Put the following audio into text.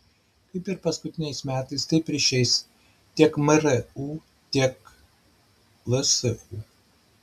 kaip ir paskutiniais metais taip ir šiais tiek mru tiek lsu